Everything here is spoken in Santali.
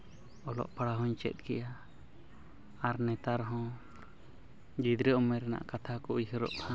ᱚᱞᱚᱜ ᱯᱟᱲᱦᱟᱜ ᱦᱚᱧ ᱪᱮᱫ ᱠᱮᱫᱼᱟ ᱟᱨ ᱱᱮᱛᱟᱨ ᱦᱚᱸ ᱜᱤᱫᱽᱨᱟᱹ ᱩᱢᱮᱨ ᱨᱮᱭᱟᱜ ᱠᱟᱛᱷᱟ ᱠᱚ ᱩᱭᱦᱟᱹᱨᱚᱜᱼᱟ